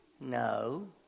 no